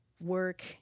work